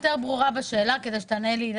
אני אהיה יותר ברורה בשאלה כדי שתענה לי.